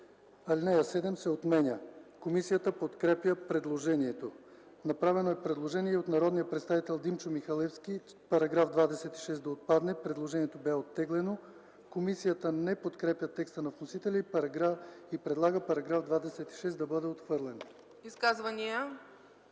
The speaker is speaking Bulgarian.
ал. 7 се отменя.” Комисията подкрепя предложението. Направено е предложение и от народния представители Димчо Михалевски –§ 26 да отпадне. Предложението беше оттеглено. Комисията не подкрепя текста на вносителя и предлага § 26 да бъде отхвърлен. ПРЕДСЕДАТЕЛ